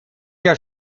jahr